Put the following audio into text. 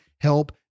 help